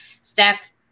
Steph